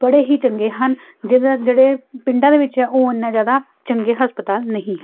ਬੜੇ ਹੀ ਚੰਗੇ ਹਨ ਜਿਹ ਜਿਹੜੇ ਪਿੰਡਾਂ ਦੇ ਵਿੱਚ ਉਹ ਇੰਨਾ ਜ਼ਿਆਦਾ ਚੰਗੇ ਹਸਪਤਾਲ ਨਹੀਂ